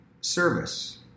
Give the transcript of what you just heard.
service